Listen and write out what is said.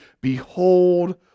Behold